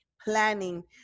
planning